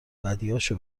بدیهاشو